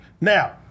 Now